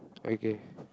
okay